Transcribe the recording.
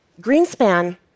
Greenspan